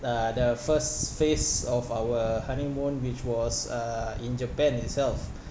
uh the first phase of our honeymoon which was uh in japan itself